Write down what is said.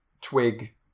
twig